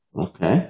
Okay